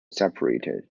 separated